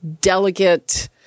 delegate –